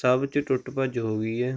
ਸਭ 'ਚ ਟੁੱਟ ਭੱਜ ਹੋ ਗਈ ਹੈ